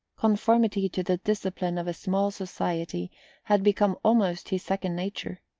conformity to the discipline of a small society had become almost his second nature.